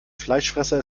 fleischfresser